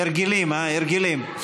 ההרגלים, ההרגלים.